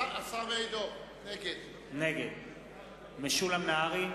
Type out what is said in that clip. נגד משולם נהרי,